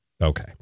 okay